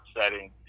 setting